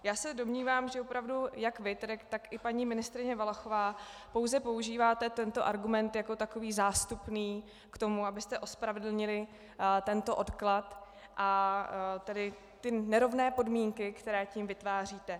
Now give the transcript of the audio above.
Já se domnívám, že opravdu jak vy, tak paní ministryně Valachová pouze používáte tento argument jako takový zástupný k tomu, abyste ospravedlnili tento odklad a nerovné podmínky, které k nim vytváříte.